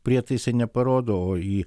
prietaisai neparodo o į